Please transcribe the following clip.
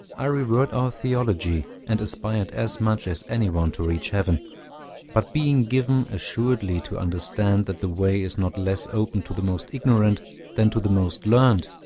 i revered our theology, and aspired as much as any one to reach heaven but being given assuredly to understand that the way is not less open to the most ignorant than to the most learned,